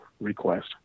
request